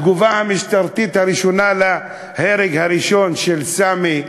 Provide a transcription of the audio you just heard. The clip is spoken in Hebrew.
התגובה המשטרתית הראשונה על ההרג הראשון, של סאמי,